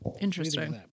Interesting